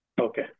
Okay